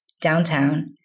downtown